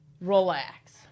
Relax